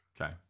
Okay